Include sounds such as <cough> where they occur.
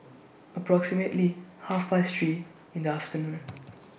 approximately Half <noise> Past three in afternoon